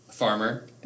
Farmer